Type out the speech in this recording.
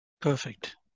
Perfect